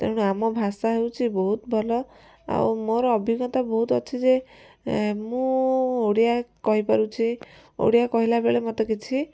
ତେଣୁ ଆମ ଭାଷା ହେଉଛି ବହୁତ ଭଲ ଆଉ ମୋର ଅଭିଜ୍ଞତା ବହୁତ ଅଛି ଯେ ମୁଁ ଓଡ଼ିଆ କହିପାରୁଛି ଓଡ଼ିଆ କହିଲା ବେଳେ ମୋତେ କିଛି